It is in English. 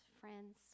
friends